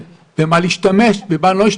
במה להשתמש ובמה לא.